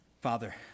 Father